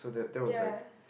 ya